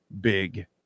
big